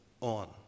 on